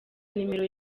nimero